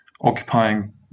occupying